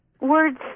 words